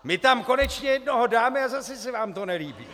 My tam konečně jednoho dáme a zase se vám to nelíbí!